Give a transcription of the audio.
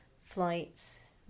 flights